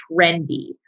trendy